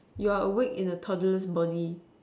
you're awake in a toddler's body